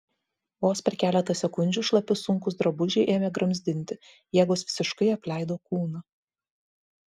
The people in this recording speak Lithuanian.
vos per keletą sekundžių šlapi sunkūs drabužiai ėmė gramzdinti jėgos visiškai apleido kūną